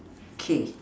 okay